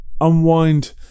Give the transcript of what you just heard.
unwind